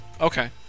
Okay